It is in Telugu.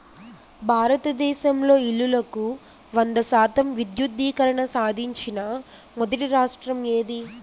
భారతదేశంలో ఇల్లులకు వంద శాతం విద్యుద్దీకరణ సాధించిన మొదటి రాష్ట్రం ఏది?